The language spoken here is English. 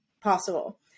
possible